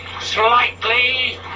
Slightly